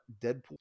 Deadpool